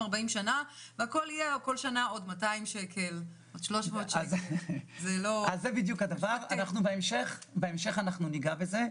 30. בהמשך אנחנו ניגע בזה.